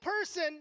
person